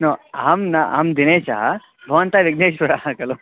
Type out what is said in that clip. नो अहं न अहं दिनेशः भवन्तः विघ्नेश्वरः खलु